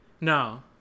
No